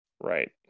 right